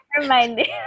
reminding